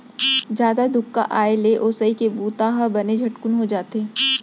जादा धुका आए ले ओसई के बूता ह बने झटकुन हो जाथे